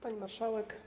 Pani Marszałek!